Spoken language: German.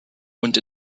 und